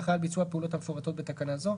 אחראי על ביצוע הפעולות המפורטות בתקנה זו,